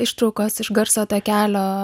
ištraukos iš garso takelio